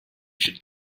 should